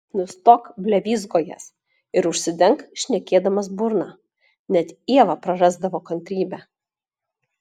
nustok blevyzgojęs ir užsidenk šnekėdamas burną net ieva prarasdavo kantrybę